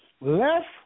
left